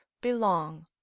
belong